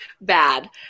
bad